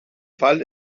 fall